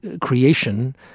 creation